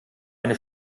eine